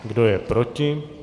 Kdo je proti?